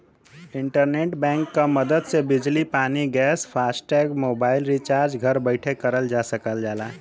internet bank क मदद से बिजली पानी गैस फास्टैग मोबाइल रिचार्ज घर बैठे करल जा सकल जाला